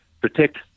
protect